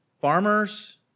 Farmers